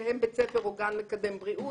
שהם בית ספר או גן מקדם בריאות,